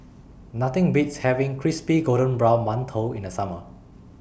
Nothing Beats having Crispy Golden Brown mantou in The Summer